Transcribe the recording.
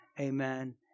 amen